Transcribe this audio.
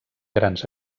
grans